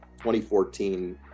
2014